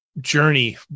journey